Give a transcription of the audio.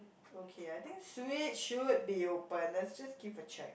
okay I think Switch should be open let's just give a check